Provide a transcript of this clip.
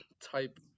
type